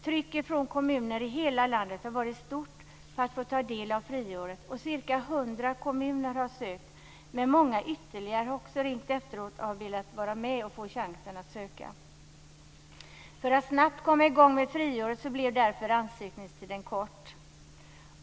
Trycket från kommuner i hela landet har varit stort för att få ta del av friåret, och ca 100 kommuner har sökt, men många ytterligare har också efteråt ringt och velat vara med och få chansen att söka. För att snabbt komma i gång med friåret blev därför ansökningstiden kort.